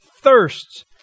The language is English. thirsts